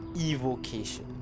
evocation